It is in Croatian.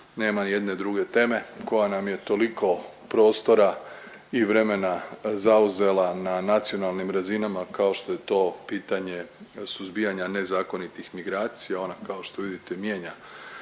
nema nijedne druge teme koja nam je toliko prostora i vremena zauzela na nacionalnim razinama kao što je to pitanje suzbijanja nezakonitih migracija, ona kao što vidite mijenja